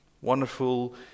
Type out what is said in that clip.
Wonderful